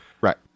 right